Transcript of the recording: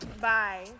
Bye